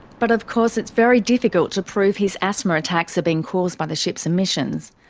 but of course it's very difficult to prove his asthma attacks are being caused by the ships' emissions.